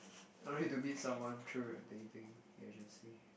all ready to meet someone through dating agency